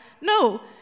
No